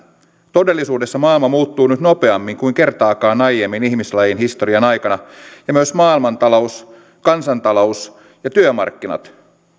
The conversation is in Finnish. todellisuudessa maailma muuttuu nyt nopeammin kuin kertaakaan aiemmin ihmislajin historian aikana ja myös maailmantalous kansantalous ja työmarkkinat